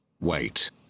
Wait